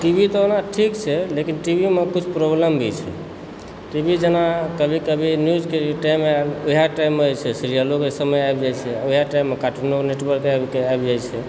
T V तऽ ओना ठीक छै लेकिन टीवीमे किछु प्रॉब्लब भी छै टी वी जेना कभी कभी न्यूजके टाइममे वएह टाइममे जे छै से सीरियलोके समय आबि जाइत छै वएह टाइममे कार्टुनो नेटवर्कके आबि जाइत छै